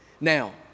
Now